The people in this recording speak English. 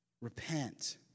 Repent